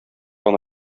гына